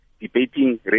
debating